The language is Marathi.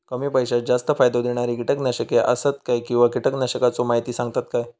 कमी पैशात जास्त फायदो दिणारी किटकनाशके आसत काय किंवा कीटकनाशकाचो माहिती सांगतात काय?